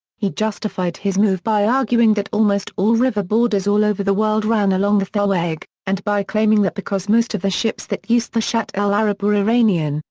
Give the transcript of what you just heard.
he justified his move by arguing that almost all river borders all over the world ran along the thalweg, and by claiming that because most of the ships that used the shatt al-arab were iranian,